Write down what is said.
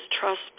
trust